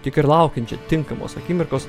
tik ir laukiančią tinkamos akimirkos